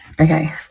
okay